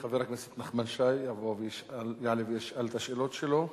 חבר הכנסת נחמן שי יעלה וישאל את השאלות שלו.